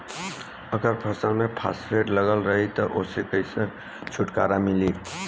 अगर फसल में फारेस्ट लगल रही त ओस कइसे छूटकारा मिली?